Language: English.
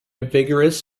vigorous